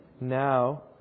now